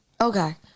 Okay